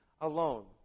alone